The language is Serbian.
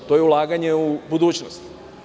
To je ulaganje u budućnost.